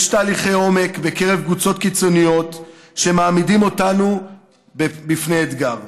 יש תהליכי עומק בקרב קבוצות קיצוניות שמעמידים אותנו בפני אתגר,